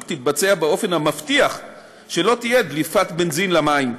תתבצע באופן המבטיח שלא תהיה דליפת בנזין למים.